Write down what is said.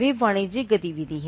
वे वाणिज्यिक गतिविधि हैं